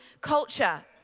culture